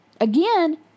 Again